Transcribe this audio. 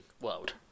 world